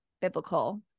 biblical